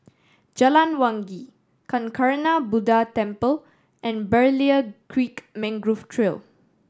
Jalan Wangi Kancanarama Buddha Temple and Berlayer Creek Mangrove Trail